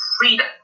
freedom